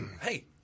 hey –